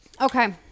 Okay